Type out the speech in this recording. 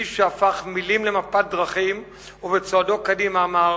איש שהפך מלים למפת דרכים ובצעדו קדימה אמר: